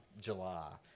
July